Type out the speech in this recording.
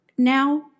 now